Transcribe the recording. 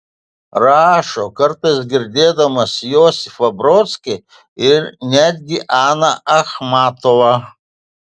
rašo kartais girdėdamas josifą brodskį ir netgi aną achmatovą